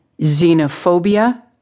Xenophobia